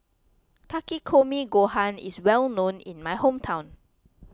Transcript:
Takikomi Gohan is well known in my hometown